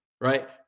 Right